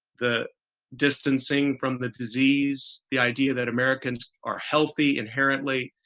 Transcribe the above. the distancing from the disease, the idea that americans are healthy inherently.